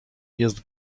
jest